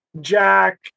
Jack